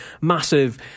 massive